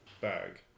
bag